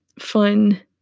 fun